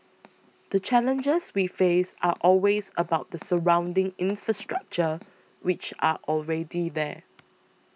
the challenges we face are always about the surrounding infrastructure which are already there